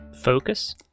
Focus